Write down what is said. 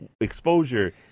exposure